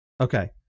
Okay